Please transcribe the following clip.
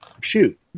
shoot